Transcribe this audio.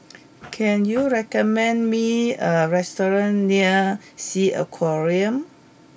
can you recommend me a restaurant near Sea Aquarium